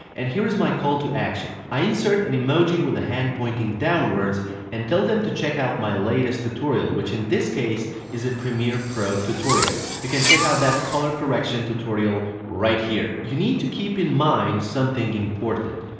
and here is my call to action i insert an emoji with a hand pointing downwards and tell them to check out my latest tutorial which in this case is a premiere pro tutorial. you can check out that color correction tutorial here. you need to keep in mind something important.